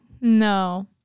no